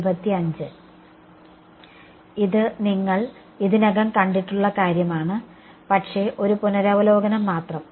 ഇത് നിങ്ങൾ ഇതിനകം കണ്ടിട്ടുള്ള കാര്യമാണ് പക്ഷേ ഒരു പുനരവലോകനം മാത്രം